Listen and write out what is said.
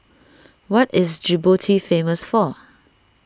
what is Djibouti famous for